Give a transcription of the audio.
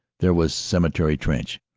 there was cemetery trench,